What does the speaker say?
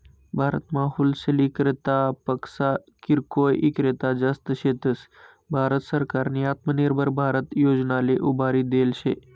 भारतमा होलसेल इक्रेतापक्सा किरकोय ईक्रेता जास्त शेतस, भारत सरकारनी आत्मनिर्भर भारत योजनाले उभारी देल शे